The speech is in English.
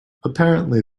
apparently